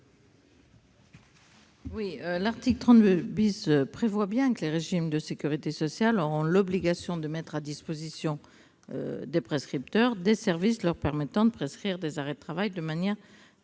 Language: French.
? L'article 32 prévoit que les régimes de sécurité sociale ont l'obligation de mettre à la disposition des prescripteurs des services leur permettant de prescrire des arrêts de travail de manière